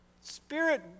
spirit